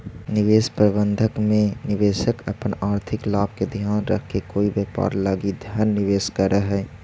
निवेश प्रबंधन में निवेशक अपन आर्थिक लाभ के ध्यान रखके कोई व्यापार लगी धन निवेश करऽ हइ